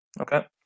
Okay